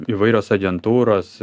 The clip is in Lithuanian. įvairios agentūros